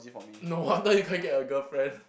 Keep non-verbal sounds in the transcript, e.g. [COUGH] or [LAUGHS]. no wonder [LAUGHS] you can't get a girlfriend